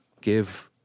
give